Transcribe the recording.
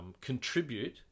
contribute